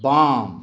बाम